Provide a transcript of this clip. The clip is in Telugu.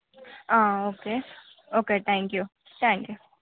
ఆ ఓకే ఓకే థ్యాంక్యు థ్యాంక్యు